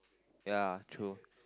ya true